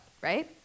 right